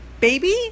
baby